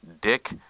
dick